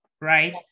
right